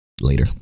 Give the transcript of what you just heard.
Later